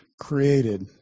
created